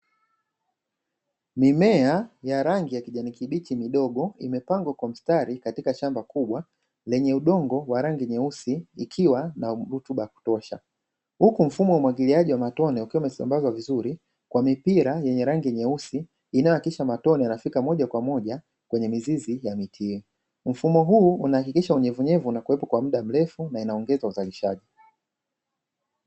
Mimea ya rangi ya kijani kibichi midogo imepangwa kwa mstari katika shamba kubwa lenye udongo wa rangi nyeusi, ikiwa na rutuba ya kutosha huku mfumo wa umwagiliaji wa matone ukiwa umesambazwa vizuri kwa mipira yenye rangi nyeusi, inayohakikisha matone yanafika moja kwa moja kwenye mizizi ya miti hiyo mfumo huu unahakikisha unyevunyevu unakwepo kwa muda mrefu na inaongeza uzalishaji.